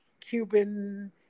Cuban